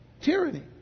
tyranny